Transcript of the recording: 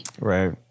right